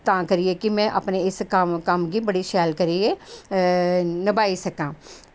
तां करियै की में अपने इस कम्म गी बड़े शैल करियै नभाई सकां